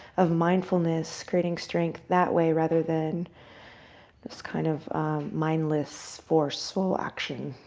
of mindfulness. creating strength that way, rather than just kind of mindless, forceful action.